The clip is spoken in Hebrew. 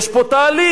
יש פה תהליך.